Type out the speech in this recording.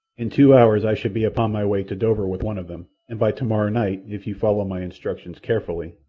in two hours i should be upon my way to dover with one of them, and by tomorrow night, if you follow my instructions carefully,